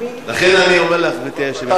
לכן אני אומר לך, גברתי היושבת-ראש.